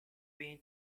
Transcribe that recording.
been